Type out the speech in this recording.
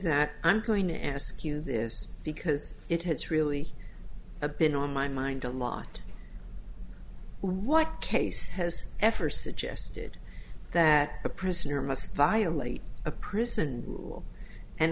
that i'm going and ask you this because it has really a been on my mind a lot what case has ever suggested that a prisoner must violate a prison